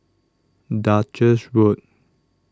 Duchess Road